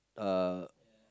uh